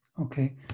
Okay